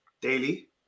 daily